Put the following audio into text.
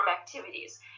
activities